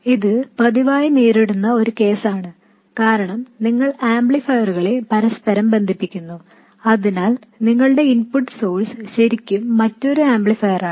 ഇത് പതിവായി നേരിടുന്ന ഒരു കേസാണ് കാരണം നിങ്ങൾ ആംപ്ലിഫയറുകളെ പരസ്പരം ബന്ധിപ്പിക്കുന്നു അതിനാൽ നിങ്ങളുടെ ഇൻപുട്ട് സോഴ്സ് ശരിക്കും മറ്റൊരു ആംപ്ലിഫയറാണ്